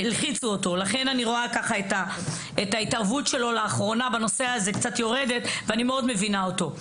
לכן אני רואה שההתערבות שלו לאחרונה קצת יורדת ואני מאוד מבינה אותו.